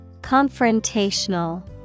Confrontational